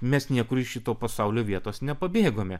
mes niekur iš šito pasaulio vietos nepabėgome